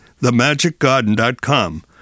themagicgarden.com